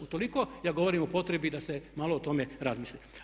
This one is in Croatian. Utoliko ja govorim o potrebi da se malo o tome razmisli.